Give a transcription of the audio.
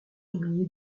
oublier